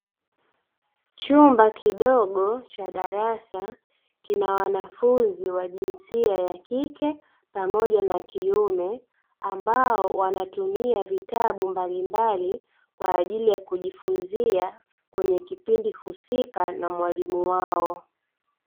Chumba kidogo cha darasa kina wanafunzi wa jinsia ya kike pamoja na kiume, ambao wanatumia vitabu mbalimbali kwa ajili ya kujifunza kwenye kipindi husika na mwalimu wao.